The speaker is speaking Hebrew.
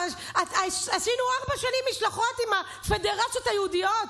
עשינו ארבע שנים משלחות עם הפדרציות היהודיות,